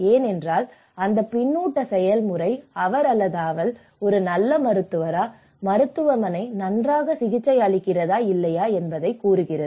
ஏனெனில் அந்த பின்னூட்ட செயல்முறை அவர் அவள் ஒரு நல்ல மருத்துவரா மருத்துவமனை நன்றாக சிகிச்சை அளிக்கிறதா இல்லையா என்பதைக் கூறுகிறது